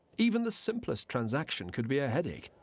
even the simplest transaction could be a headache,